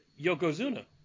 Yokozuna